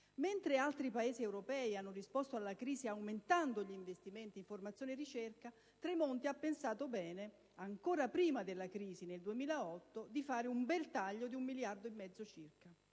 Mentre altri Paesi europei hanno risposto alla crisi, aumentando gli investimenti in formazione e ricerca, il ministro Tremonti ha pensato bene, ancora prima della crisi nel 2008, di operare un bel taglio di un miliardo e mezzo circa.